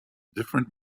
different